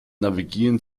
navigieren